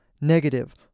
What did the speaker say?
negative